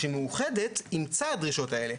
ומאוחדת אימצה את הדרישות האלה.